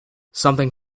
something